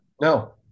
no